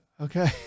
okay